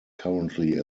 currently